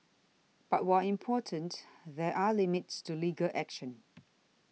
but while important there are limits to legal action